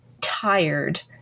tired